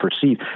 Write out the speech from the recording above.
perceive